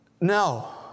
no